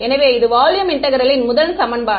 எனவே இது volume integral ன் முதல் சமன்பாடு